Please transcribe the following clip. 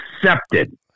accepted